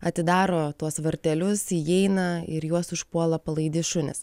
atidaro tuos vartelius įeina ir juos užpuola palaidi šunys